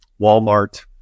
Walmart